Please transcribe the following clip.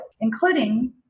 including